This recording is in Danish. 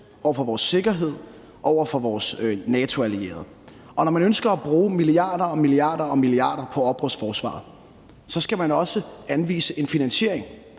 over for vores sikkerhed og over for vores NATO-allierede. Og når man ønsker at bruge milliarder og milliarder og atter milliarder på at opruste forsvaret, skal man også anvise en finansiering,